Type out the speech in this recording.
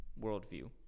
worldview